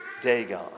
Dagon